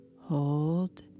hold